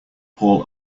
paul